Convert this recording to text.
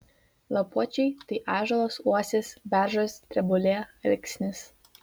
lapuočiai tai ąžuolas uosis beržas drebulė alksnis